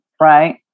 Right